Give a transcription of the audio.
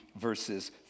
verses